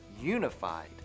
unified